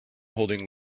holding